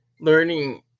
learning